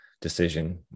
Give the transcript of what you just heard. decision